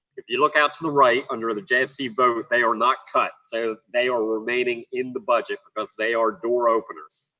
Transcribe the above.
if you look out to the right, under the jfc vote, they are not cut. so, they are remaining in the budget because they are door openers.